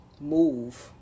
move